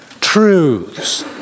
truths